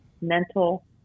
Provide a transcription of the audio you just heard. mental